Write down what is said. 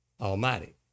Almighty